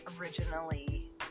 originally